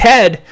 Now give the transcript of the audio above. Ted